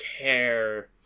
care